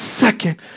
second